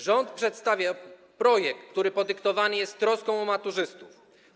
Rząd przedstawia projekt, który podyktowany jest troską o maturzystów.